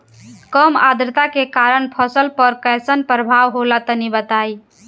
कम आद्रता के कारण फसल पर कैसन प्रभाव होला तनी बताई?